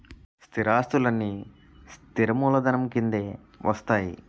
స్థిరాస్తులన్నీ స్థిర మూలధనం కిందే వస్తాయి